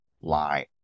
lie